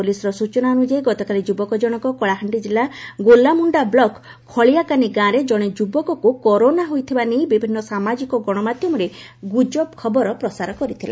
ପୋଲିସର ସୂଚନା ଅନୁଯାୟୀ ଗତକାଲି ଯୁବକଜଶକ କଳାହାଣ୍ଡି ଜିଲ୍ଲା ଗୋଲାମୁଣ୍ଡା ବ୍ଲକ ଖଳିଆକାନି ଗାଁରେ ଜଣେ ଯୁବକକୁ କରୋନା ହୋଇଥିବା ନେଇ ବିଭିନ୍ ସାମାଜିକ ଗଣମାଧ୍ଧମରେ ଗୁଜ୍ଚବ ଖବର ପ୍ରସାର କରିଥିଲା